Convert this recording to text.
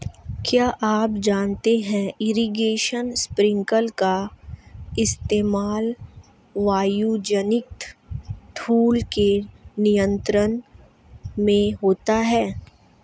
क्या आप जानते है इरीगेशन स्पिंकलर का इस्तेमाल वायुजनित धूल के नियंत्रण में होता है?